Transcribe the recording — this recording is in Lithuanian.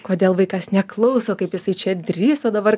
kodėl vaikas neklauso kaip jisai čia drįso dabar